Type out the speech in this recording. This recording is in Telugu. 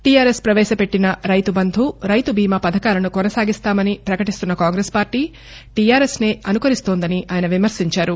టీఆర్ఎస్ పవేశపెట్టిన రైతు బంధు రైతుబీమా పథకాలను కొనసాగిస్తామని పకటిస్తున్న కాంగ్రెస్ పార్టీ టిఆర్ఎస్నే అనుకరిస్తోందని ఆయన విమర్శించారు